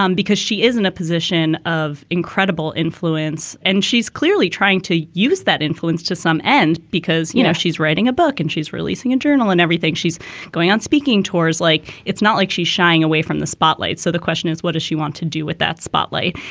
um because she is in a position of incredible influence and she's clearly trying to use that influence to some end because, you know, she's writing a book and she's releasing a journal and everything. she's going on speaking tours. like it's not like she's shying away from the spotlight. so the question is, what does she want to do with that spotlight?